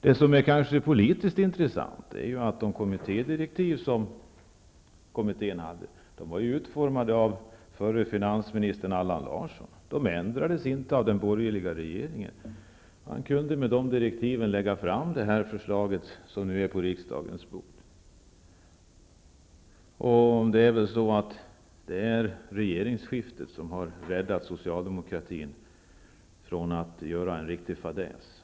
Det som är politiskt intressant är att de kommittédirektiv som kommittén hade att följa var utformade av förre finansministern Allan Larsson. De ändrades inte av den borgerliga regeringen. Man kunde med de direktiven lägga fram det förslag som nu ligger på riksdagens bord. Det är regeringsskiftet som har räddat socialdemokraterna från att göra en riktig fadäs.